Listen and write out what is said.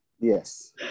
Yes